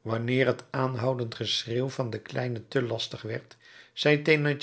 wanneer het aanhoudend geschreeuw van den kleine te lastig werd zeide